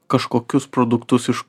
kažkokius produktus iš